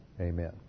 Amen